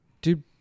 Dude